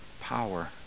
power